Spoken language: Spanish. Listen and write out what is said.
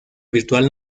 virtual